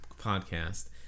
podcast